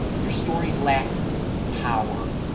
your stories lack power.